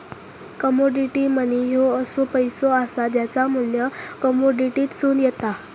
commodity money ह्यो असो पैसो असा ज्याचा मू्ल्य कमोडिटीतसून येता